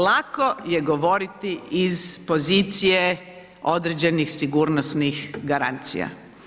Lako je govoriti iz pozicije određenih sigurnosnih garancija.